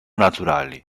naturali